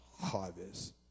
harvest